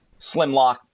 Slimlock